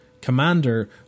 Commander